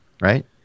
right